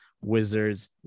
Wizards